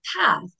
path